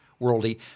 worldy